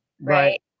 Right